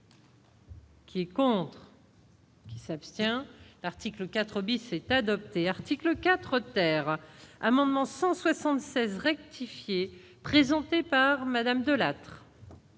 qui est pour. Qui. Qui s'abstient, l'article 4 bis est adoptée article 4 terre amendement 176 rectifié présenté par Madame de la.